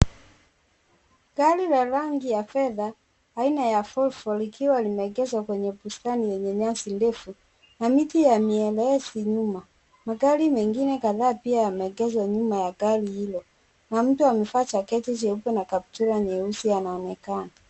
Gari la rangi ya fedha aina volvo likiwa limeegeshwa kwenye bustani yenye nyasi ndefu na miti ya mielezi nyuma. Magari mengine kadhaa pia yameegeshwa nyuma ya gari hilo. Na mtu amevaa jaketi nyeusi na kaptula anaonekana.